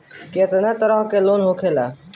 केतना तरह के लोन होला?